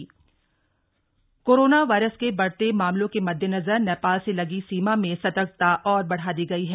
सतर्कता corona virus के बढ़ते मामलों के मददेनजर नेपाल से लगी सीमा में सतर्कता और बढ़ा दी गई है